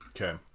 Okay